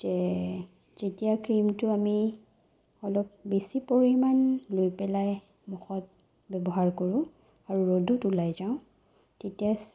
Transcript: যে যেতিয়া ক্ৰীমটো আমি অলপ বেছি পৰিমাণ লৈ পেলাই মুখত ব্যৱহাৰ কৰোঁ আৰু ৰ'দত ওলাই যাওঁ তেতিয়া